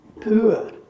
poor